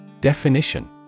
Definition